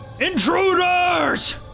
Intruders